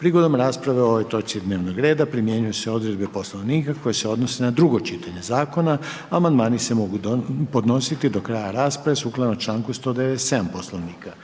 Prigodom rasprave o ovoj točki dnevnog reda primjenjuju se odredbe poslovnika, koje se odnosi na drugo čitanje zakona, amandmane se mogu podnositi na kraju rasprave sukladno članku 197. poslovnika.